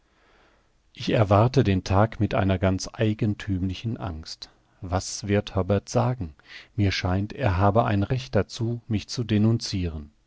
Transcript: ich erwarte den tag mit einer ganz eigenthümlichen angst was wird hobbart sagen mir scheint er habe ein recht dazu mich zu denunciren